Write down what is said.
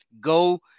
go